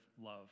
love